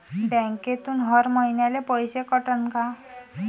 बँकेतून हर महिन्याले पैसा कटन का?